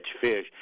fish